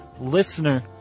listener